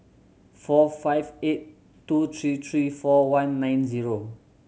four five eight two three three four one nine zero